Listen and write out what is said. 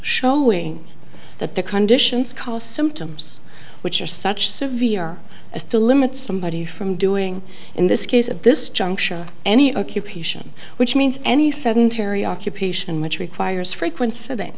showing that the conditions cause symptoms which are such severe as to limit somebody from doing in this case at this juncture any occupation which means any sedentary occupation which requires frequen